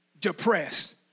depressed